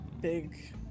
big